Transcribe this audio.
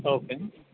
okay